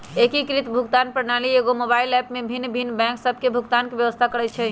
एकीकृत भुगतान प्रणाली एकेगो मोबाइल ऐप में भिन्न भिन्न बैंक सभ के भुगतान के व्यवस्था करइ छइ